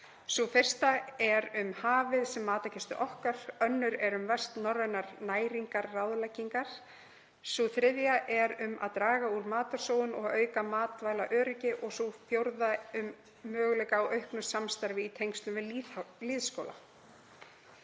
Sú fyrsta er um hafið sem matarkistu okkar, önnur er um vestnorrænar næringarráðleggingar, sú þriðja er um að draga úr matarsóun og auka matvælaöryggi og sú fjórða um möguleika á auknu samstarfi í tengslum við lýðskóla.